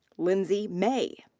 lindsey may.